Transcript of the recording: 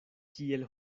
kiel